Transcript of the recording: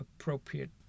appropriate